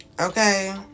Okay